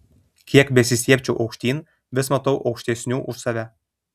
kiek besistiebčiau aukštyn vis matau aukštesnių už save